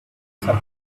some